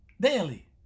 daily